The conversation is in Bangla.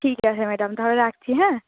ঠিক আছে ম্যাডাম তাহলে রাখছি হ্যাঁ